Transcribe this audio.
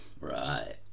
right